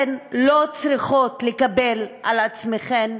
אתן לא צריכות לקבל על עצמכן